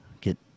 get